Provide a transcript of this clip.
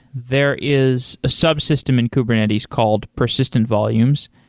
there is a subsystem in kubernetes called persistent volumes.